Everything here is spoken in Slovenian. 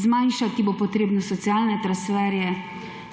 zmanjšati bo treba socialne transfere,